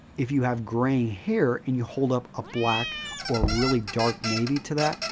if you have grey hair and you hold up a black or really dark navy to that,